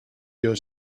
your